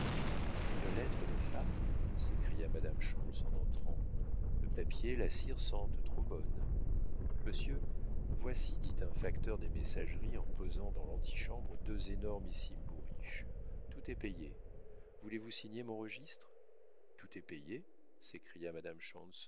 une lettre de femme s'écria madame schontz en entrant le papier la cire sentent trop bonne monsieur voici dit un facteur des messageries en posant dans l'antichambre deux énormissimes bourriches tout est payé voulez-vous signer mon registre tout est payé s'écria madame